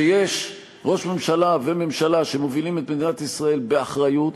שיש ראש ממשלה וממשלה שמובילים את מדינת ישראל באחריות,